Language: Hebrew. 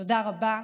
תודה רבה,